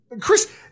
Chris